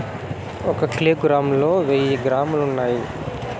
ఒక కిలోగ్రామ్ లో వెయ్యి గ్రాములు ఉన్నాయి